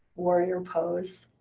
warrior pose.